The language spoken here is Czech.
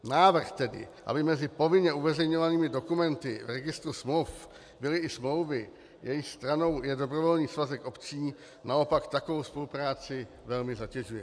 Návrh tedy, aby mezi povinně uveřejňovanými dokumenty Registru smluv byly i smlouvy, jejichž stranou je dobrovolný svazek obcí, naopak takovou spolupráci velmi zatěžuje.